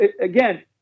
again